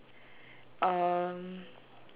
um